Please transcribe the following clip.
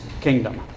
kingdom